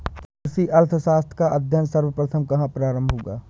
कृषि अर्थशास्त्र का अध्ययन सर्वप्रथम कहां प्रारंभ हुआ?